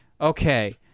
okay